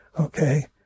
okay